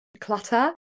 clutter